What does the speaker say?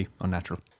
unnatural